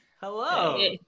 Hello